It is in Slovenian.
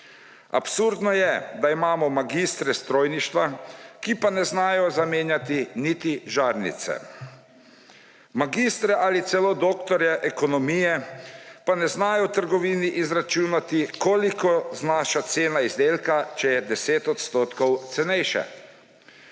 Absurdno je, da imamo magistre strojništva, ki pa ne znajo zamenjati niti žarnice; magistre ali celo doktorje ekonomije, pa ne znajo v trgovini izračunati, koliko znaša cena izdelka, če je 10 odstotkov cenejši.